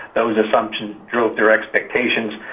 those assumptions drove their expectations,